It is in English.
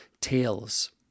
tales